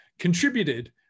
contributed